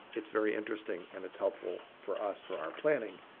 it's very interesting and it's helpful for us for our planning,